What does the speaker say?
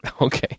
Okay